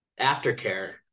aftercare